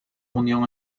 unión